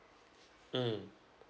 mm